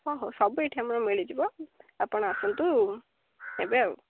ହଁ ହଉ ସବୁ ଏଠି ଆମର ମିଳିଯିବ ଆପଣ ଆସନ୍ତୁ ନେବେ ଆଉ